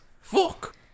Fuck